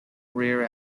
rear